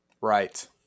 Right